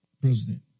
president